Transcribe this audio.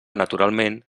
naturalment